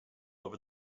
over